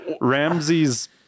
Ramsey's